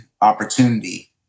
opportunity